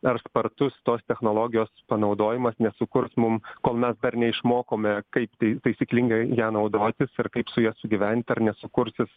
ar spartus tos technologijos panaudojimas nesukurs mum kol mes dar neišmokome kaip tai taisyklingai ja naudotis ir kaip su ja sugyvent ar nesukurs jis